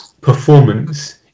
performance